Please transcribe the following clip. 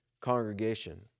congregation